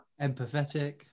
empathetic